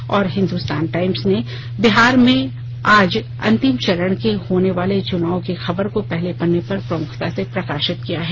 और हिन्दुस्तान टाइम्स ने बिहार में आज अंतिम चरण के होने वाले चुनाव की खबर को पहले पन्ने पर प्रमुखता से प्रकाशित किया है